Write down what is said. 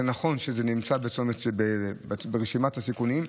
זה נכון שזה נמצא ברשימת הסיכונים.